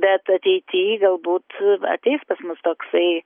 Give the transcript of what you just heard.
bet ateity galbūt ateis pas mus toksai